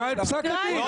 תקרא את פסק הדין.